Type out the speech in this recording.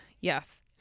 Yes